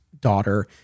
daughter